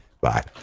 Bye